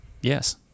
Yes